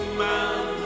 man